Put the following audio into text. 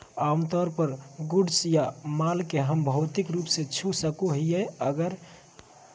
आमतौर पर गुड्स या माल के हम भौतिक रूप से छू सको हियै आर उपयोग मे लाबो हय